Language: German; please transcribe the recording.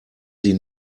sie